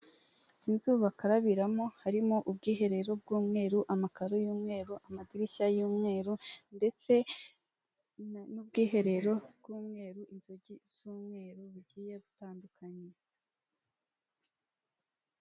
Inzu bakarabiramo harimo ubwiherero bw'umweru amakaro y'umweru, amadirishya y'umweru ndetse n'ubwiherero bw'umweru, inzugi z'umweru bugiye butandukanye.